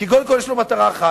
כי קודם כול יש לו מטרה אחת: